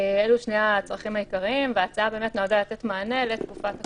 אלה שני הצרכים העיקריים וההצעה באמת נועדה לתת מענה לתקופת הקורונה,